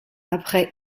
après